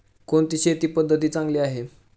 कोणती शेती पद्धती चांगली आहे?